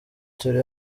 turi